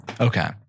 Okay